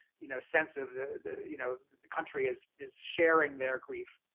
you know, sense of the, you know, the country is is sharing their grief.